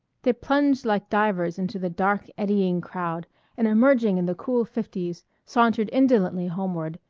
they plunged like divers into the dark eddying crowd and emerging in the cool fifties sauntered indolently homeward,